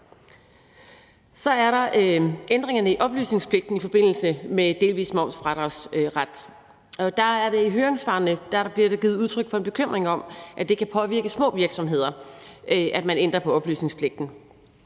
er der ændringerne i oplysningspligten i forbindelse med delvis momsfradragsret. I høringssvarene bliver der givet udtryk for en bekymring om, at det kan påvirke små virksomheder, at man ændrer på oplysningspligten.